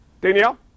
Danielle